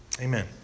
Amen